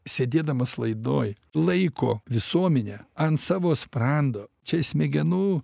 sėdėdamas laidoj laiko visuomenę ant savo sprando čia smegenų